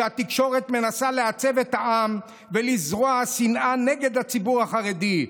שהתקשורת מנסה לעצב את העם ולזרוע שנאה נגד הציבור החרדי.